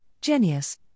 Genius